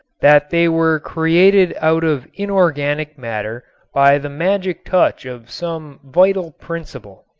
that they were created out of inorganic matter by the magic touch of some vital principle.